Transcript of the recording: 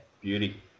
Beauty